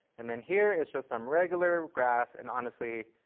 and then here, it's just some regular grass and honestly,